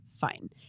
Fine